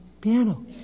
piano